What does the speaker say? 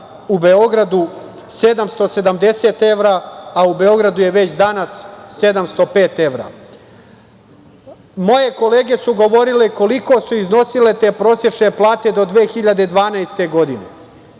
u Beogradu 770 evra, a u Beogradu je već danas 705 evra. Moje kolege su govorile koliko su iznosile te prosečne plate do 2012. godine.